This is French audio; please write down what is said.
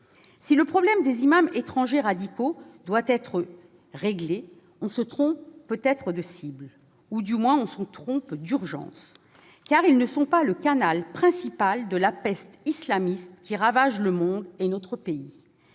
Si le problème des imams étrangers radicaux doit, bien sûr, être réglé, l'on se trompe peut-être de cible ; ou du moins, l'on se trompe d'urgence. En effet, ils ne sont pas le canal principal de la peste islamiste qui ravage le monde et notre pays.